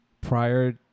prior